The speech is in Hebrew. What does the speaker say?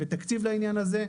ותקציב לעניין הזה,